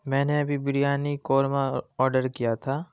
میں نے ابھی بریانی قورمہ آرڈر کیا تھا